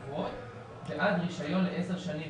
בעד רישיון ל-10 שנים.